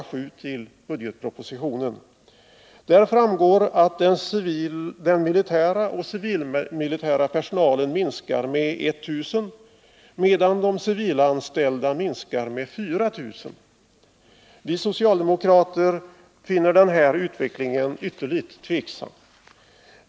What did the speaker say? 7 till budgetpropositionen. Där framgår att den militära och civilmilitära personalen kommer att minska med 1 000, medan de civilanställda minskar med 4 000. Vi socialdemokrater finner den här utvecklingen ytterligt tveksam.